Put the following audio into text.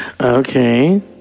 Okay